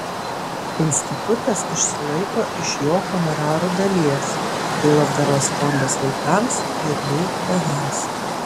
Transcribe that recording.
institutas išsilaiko iš jo honorarų dalies tai labdaros fondas vaikams ir jų tėvams